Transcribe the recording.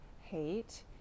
hate